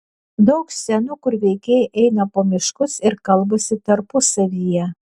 daug scenų kur veikėjai eina po miškus ir kalbasi tarpusavyje